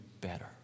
better